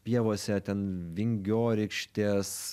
pievose ten vingiorykštės